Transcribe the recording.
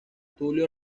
tulio